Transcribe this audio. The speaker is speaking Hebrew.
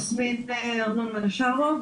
יסמין ארנון מלשרוב,